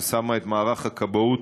ששמה את מערך הכבאות